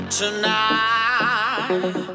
tonight